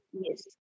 Yes